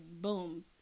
boom